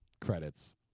credits